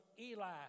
Eli